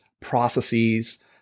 processes